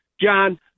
John